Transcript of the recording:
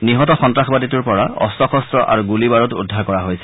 নিহত সন্তাসবাদীটোৰ পৰা অস্ত্ৰ শস্ত্ৰ আৰু গুলী বাৰুদ উদ্ধাৰ কৰা হৈছে